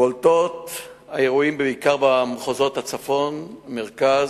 בולטים בעיקר האירועים במחוז הצפון, מרכז.